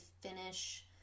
finish